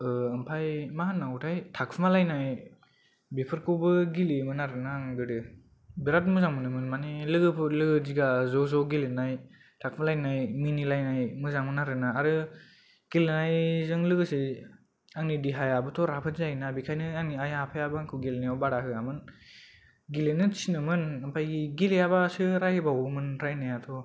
आमफ्राय मा होननांगौथाय थाखु मा लायनाय बेफोरखौबो गेलेयोमोन आरो ना आं गोदो बिराथ मोजां मोनोमोन माने लोगोफोर लोगो दिगा ज ज' गेलेनाय थाखुमालायनाय मिनिलायनाय मोजां मोनो आरो ना आरो गेलेनायजों लोगोसे आंनि देहायाबो थ' राफोद जायोना बिनिखायनो आंनि आइ आफा याबो आं खौ गेलेनायाव बादा होयामोन गेलेनो थिनोमोन आमफाय गेलेयाबासो रायबावोमोन रायनाया थ'